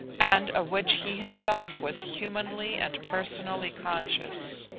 and of which he himself was humanly and personally conscious.